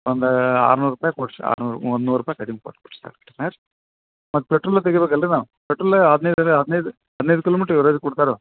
ಒಂದು ಆರ್ನೂರು ರೂಪಾಯಿ ಕೊಡ್ಸಿ ಆರ್ನೂರು ಒಂದು ನೂರು ರೂಪಾಯಿ ಕಡಿಮೆ ಕೊಡಿರಿ ಸಾಕು ಹಾಂ ಮತ್ತು ಪೆಟ್ರೋಲ ತೆಗಿಬೇಕು ಅಲ್ಲರೀ ನಾವು ಪೆಟ್ರೋಲ ಹದಿನೈದಿದೆ ಹದಿನೈದು ಹದಿನೈದು ಕಿಲೋಮೀಟ್ರ್ ಎವ್ರೇಜ್ ಕೊಡ್ತಾರೆ